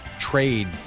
trade